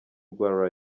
rwa